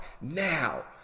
now